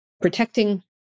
protecting